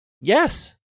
Yes